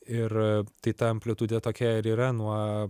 ir tai ta amplitudė tokia ir yra nuo